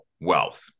wealth